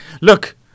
Look